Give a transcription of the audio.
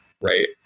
right